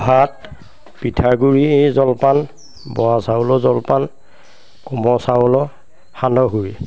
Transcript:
ভাত পিঠাগুড়ি জলপান বৰা চাউলৰ জলপান কোমৰ চাউলৰ সান্দহগুৰি